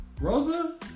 Rosa